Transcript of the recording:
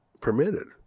permitted